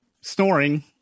snoring